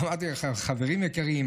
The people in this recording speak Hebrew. אמרתי להם: חברים יקרים,